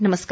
नमस्कार